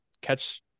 catch